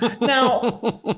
now